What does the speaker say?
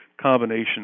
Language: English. combination